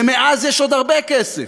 ומאז יש עוד הרבה כסף.